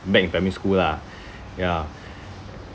back in primary school lah ya